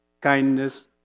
kindness